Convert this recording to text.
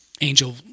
angel